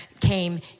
came